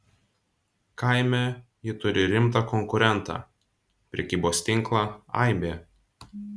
kaime ji turi rimtą konkurentą prekybos tinklą aibė